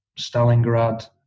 Stalingrad